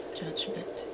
judgment